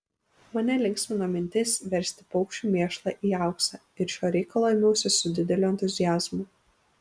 mane linksmino mintis versti paukščių mėšlą į auksą ir šio reikalo ėmiausi su dideliu entuziazmu